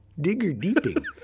Digger-deeping